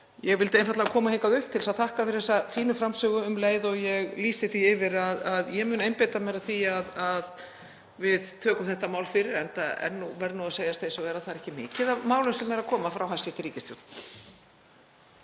ég vildi einfaldlega koma hingað upp til að þakka fyrir þessa fínu framsögu um leið og ég lýsi því yfir að ég mun einbeita mér að því að við tökum þetta mál fyrir, enda verður að segjast eins og er að það er ekki mikið af málum sem eru að koma frá hæstv. ríkisstjórn.